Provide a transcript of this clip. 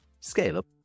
scale-up